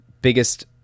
biggest